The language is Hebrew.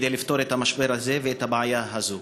כדי לפתור את המשבר הזה ואת הבעיה הזאת.